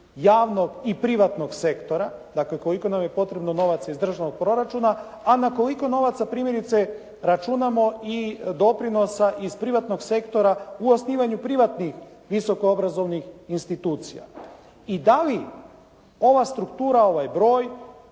javnog i privatnog sektora? Dakle koliko nam je potrebno novaca iz državnog proračuna a na koliko novaca primjerice računamo i doprinosa iz privatnog sektora u osnivanju privatnih visokoobrazovnih institucija? I da li ova struktura, ovaj broj,